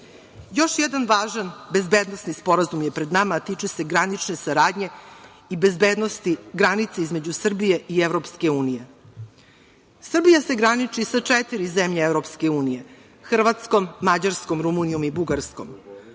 jedan važan bezbednosni sporazum je pred nama, a tiče se granične saradnje i bezbednosti granice između Srbije i EU. Srbija se graniči sa četiri zemlje EU, Hrvatskom, Mađarskom, Rumunijom i Bugarskom.